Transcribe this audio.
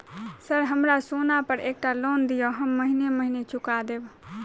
Sir हमरा सोना पर एकटा लोन दिऽ हम महीने महीने चुका देब?